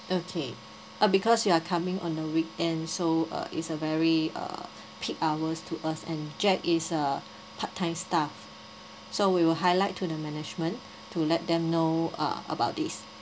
okay uh because you are coming on a weekend so uh is a very uh peak hours to us and jack is a part time staff so we will highlight to the management to let them know uh about this